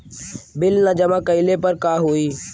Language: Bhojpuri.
बिल न जमा कइले पर का होई?